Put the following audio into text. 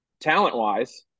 talent-wise